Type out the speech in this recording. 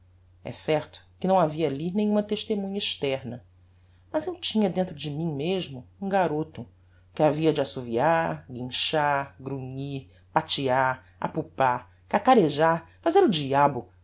é certo que não havia alli nenhuma testemunha externa mas eu tinha dentro de mim mesmo um garoto que havia de assoviar guinchar grunhir patear apupar cacarejar fazer o diabo